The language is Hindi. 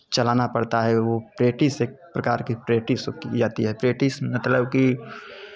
चलाना पड़ता है वो प्रैक्टिस एक प्रकार के प्रैक्टिस की जाती है प्रैक्टिस मतलब कि